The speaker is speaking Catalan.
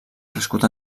crescut